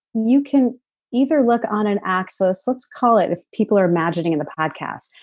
you can either look on an axis, let's call it if people are imagining in the podcast,